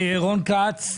רון כץ.